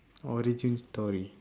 origin story